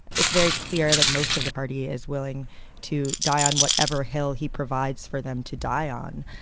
it's very clear that most of the party is willing to die on whatever hill he provides for them to die on.